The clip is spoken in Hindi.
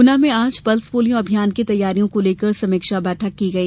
ग्ना में आज पल्स पोलियो अभियान की तैयारियों को लेकर समीक्षा बैठक की गई